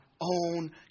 own